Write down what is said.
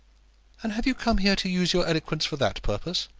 and have you come here to use your eloquence for that purpose?